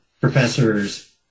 professors